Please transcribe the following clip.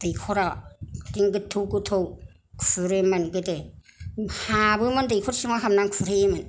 दैख'रा बेबादिनो गोथौ गोथौ खुरोमोन गोदो हाबोमोन दैखर सिङाव हाबनानै खुरहैयोमोन